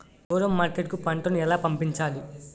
దూరం మార్కెట్ కు పంట ను ఎలా పంపించాలి?